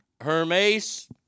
Hermes